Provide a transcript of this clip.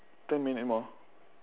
ten minute more